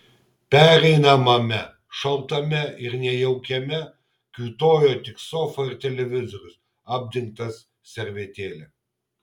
pereinamame šaltame ir nejaukiame kiūtojo tik sofa ir televizorius apdengtas servetėle